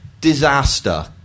disaster